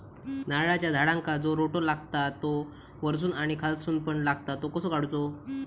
नारळाच्या झाडांका जो रोटो लागता तो वर्सून आणि खालसून पण लागता तो कसो काडूचो?